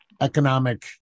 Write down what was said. economic